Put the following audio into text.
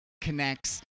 connects